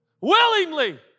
Willingly